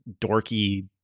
dorky